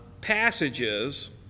passages